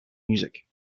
music